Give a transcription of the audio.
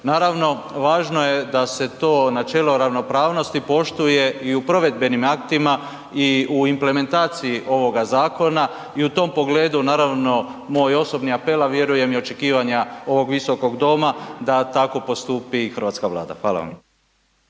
Naravno, važno je da se to načelo ravnopravnosti poštuje i u provedbenim aktima i u implementaciji ovoga zakona i u tom pogledu naravno, moj osobni apel, a vjerujem i očekivanja ovog Visokog doma da tako postupi i hrvatska Vlada. Hvala vam.